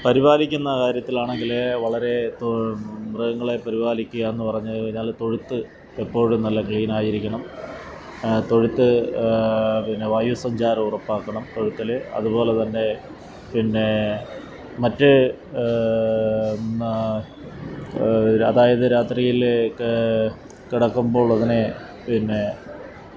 പരിപാലിക്കുന്ന കാര്യത്തിലാണെങ്കിൽ വളരേ മൃഗങ്ങളേ പരിപാലിക്കുകയെന്ന് പറഞ്ഞു കഴിഞ്ഞാൽ തൊഴുത്ത് എപ്പോഴും നല്ല ക്ലീനായിരിക്കണം തൊഴുത്ത് പിന്നെ വായുസഞ്ചാരം ഉറപ്പാക്കണം തൊഴുത്തിൽ അതുപോലെതന്നെ പിന്നേ മറ്റ് അതായത് രാത്രിയിൽ കിടക്കുമ്പോഴതിനേ പിന്നെ